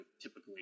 typically